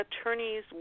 attorneys